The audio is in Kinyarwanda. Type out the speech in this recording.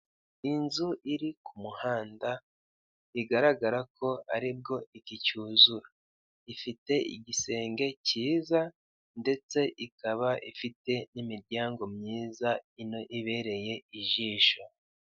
Inzu iri ku muhanda bigaragara ko aribwo icyuzura, ifite igisenge kiza, ndetse ikaba ifite imiryango myiza ino ibereye ijisho.